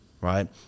right